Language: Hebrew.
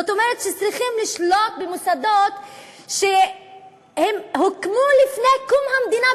זאת אומרת שצריכים לשלוט במוסדות שהוקמו לפני קום המדינה,